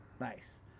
nice